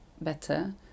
better